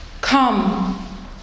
come